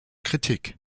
kritik